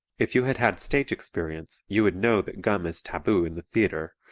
if you had had stage experience you would know that gum is taboo in the theatre,